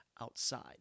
outside